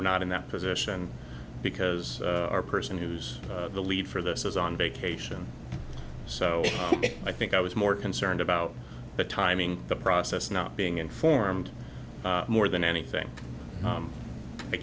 we're not in that position because our person who's the lead for this is on vacation so i think i was more concerned about the timing the process not being informed more than anything